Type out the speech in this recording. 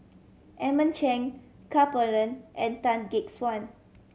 Edmund Cheng Ka and Tan Gek Suan